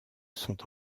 sont